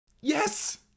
Yes